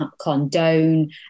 condone